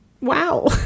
wow